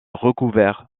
recouvert